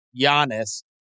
Giannis